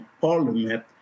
parliament